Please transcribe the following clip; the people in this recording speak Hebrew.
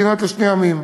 שתי מדינות לשני עמים,